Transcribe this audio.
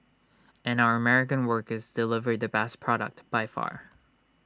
and our American workers deliver the best product by far